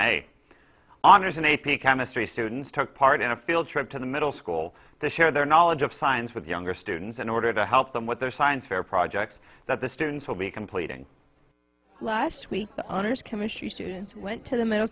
my honors and a p chemistry students took part in a field trip to the middle school to share their knowledge of science with younger students in order to help them with their science fair projects that the students will be completing last week honors chemistry students went to the middle